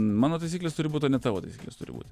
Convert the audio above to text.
mano taisyklės turi būt o ne tavo taisyklės turi būti